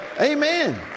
Amen